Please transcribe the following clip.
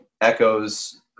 echoes